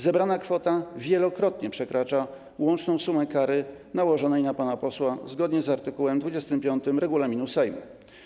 Zebrana kwota wielokrotnie przekracza łączną sumę kary nałożonej na pana posła zgodnie z art. 25 regulaminu Sejmu.